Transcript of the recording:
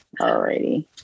Alrighty